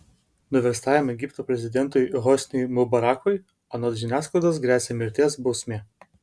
nuverstajam egipto prezidentui hosniui mubarakui anot žiniasklaidos gresia mirties bausmė